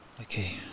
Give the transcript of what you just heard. Okay